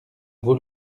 vaut